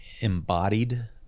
embodied